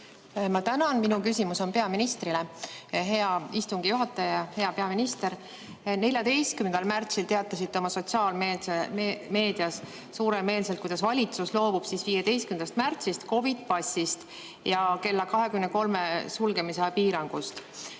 Ma tänan. Minu küsimus on peaministrile. Hea istungi juhataja! Hea peaminister! 14. märtsil teatasite sotsiaalmeedias suuremeelselt, kuidas valitsus loobub 15. märtsist COVID‑i passist ja kell 23 sulgemise piirangust.